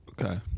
Okay